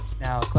now